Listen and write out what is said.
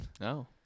No